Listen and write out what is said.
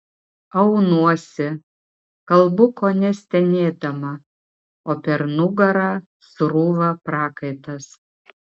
aunuosi kalbu kone stenėdama o per nugarą srūva prakaitas